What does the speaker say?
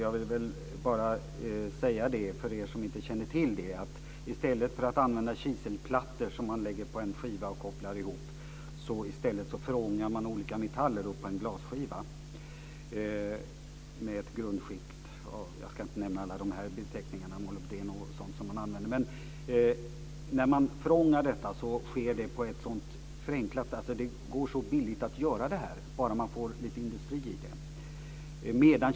För er som inte känner till tekniken vill jag säga att i stället för att använda kiselplattor som man lägger på en skiva och kopplar ihop så förångar man olika metaller på en glasskiva med ett grundskikt. Jag ska inte nämna alla beteckningarna; molybden och sådant som man använder, men när man förångar detta så sker det på ett förenklat sätt, och det är så billigt att göra det bara man får lite industri i det.